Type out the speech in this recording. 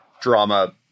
drama